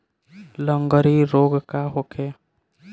लगंड़ी रोग का होखे?